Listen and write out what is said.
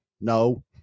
No